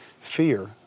fear